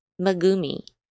Megumi